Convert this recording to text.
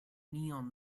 neon